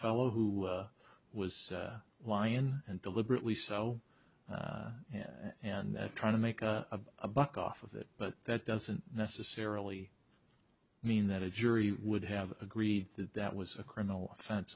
fellow who was wian and deliberately so and trying to make a buck off of it but that doesn't necessarily mean that a jury would have agreed that that was a criminal offense